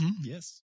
Yes